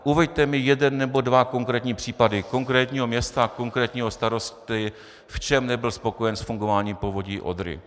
Uveďte mi jeden nebo dva konkrétní případy konkrétního města, konkrétního starosty, v čem nebyl spokojen s fungováním Povodí Odry.